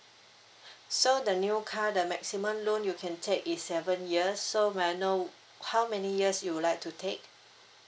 so the new car the maximum loan you can take is seven years so may I know how many years you would like to take